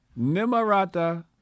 Nimarata